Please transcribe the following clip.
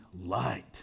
light